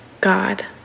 God